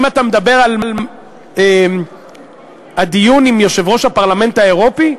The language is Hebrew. האם אתה מדבר על הדיון עם יושב-ראש הפרלמנט האירופי,